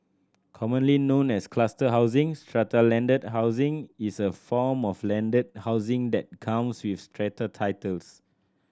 commonly known as cluster housing strata landed housing is a form of landed housing that comes with strata titles